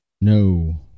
No